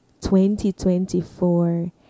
2024